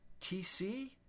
TC